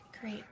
great